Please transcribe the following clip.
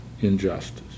injustice